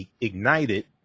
ignited